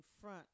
front